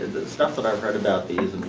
stuff that i've heard about these,